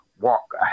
walk